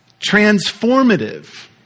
transformative